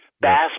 Bass